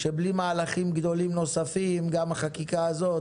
שבלי מהלכים גדולים נוספים גם החקיקה הזאת